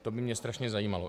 To by mě strašně zajímalo.